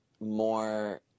more